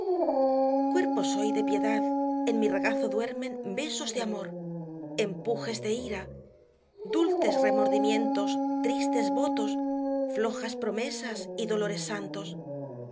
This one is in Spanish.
cuerpo soy de piedad en mi regazo duermen besos de amor empujes de ira dulces remordimientos tristes votos ñojas promesas y dolores santos